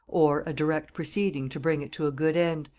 or a direct proceeding to bring it to a good end,